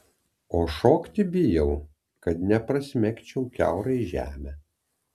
o šokti bijau kad neprasmegčiau kiaurai žemę